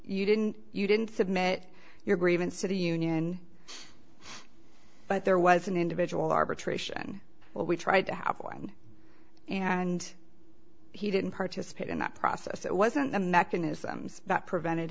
you didn't you didn't submit your grievance to the union but there was an individual arbitration well we tried to have one and he didn't participate in that process it wasn't the mechanisms that prevented